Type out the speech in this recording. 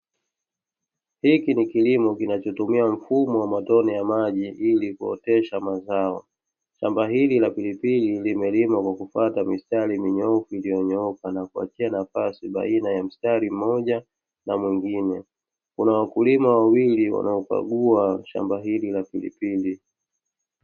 Hiki ni kilimo kinachotumia mfumo wa matone ya maji ili kuotesha mazao. Shamba hili la pilipili limelimwa kwa kufuata mistari minyoofu iliyonyooka na kuachia nafasi baina ya mstari mmoja na mwingine. Kuna wakulima wawili wanaokagua shamba hili la pilipili.